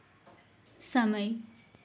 समय